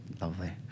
Lovely